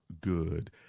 good